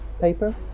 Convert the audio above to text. paper